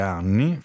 anni